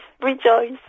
rejoice